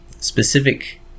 specific